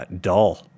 dull